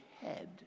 head